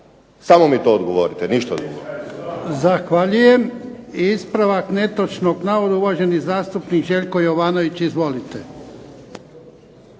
Samo mi to odgovorite, ništa drugo.